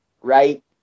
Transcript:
right